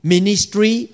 Ministry